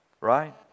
Right